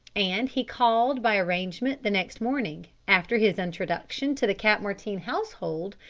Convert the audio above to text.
and he called by arrangement the next morning, after his introduction to the cap martin household,